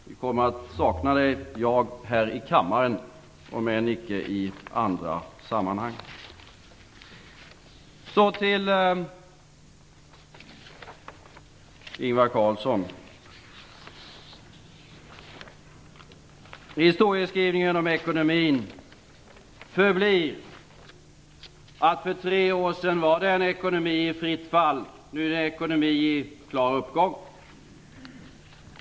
Jag kommer att sakna Bengt Westerberg här i kammaren, om än icke i andra sammanhang. Så till Ingvar Carlsson. Historieskrivningen om ekonomin förblir att vi för tre år sedan hade en ekonomi i fritt fall medan vi nu har en ekonomi i klar uppgång.